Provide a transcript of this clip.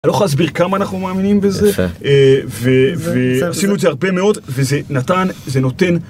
אני לא אוכל להסביר כמה אנחנו מאמינים בזה ועשינו את זה הרבה מאוד וזה נתן, זה נותן